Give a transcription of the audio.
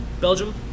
Belgium